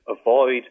avoid